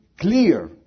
clear